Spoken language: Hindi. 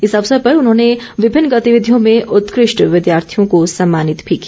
इस अवसर पर उन्होंने विभिन्न गतिविधियों में उत्कृष्ट विद्यार्थियों को सम्मानित भी किया